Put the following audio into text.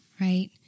right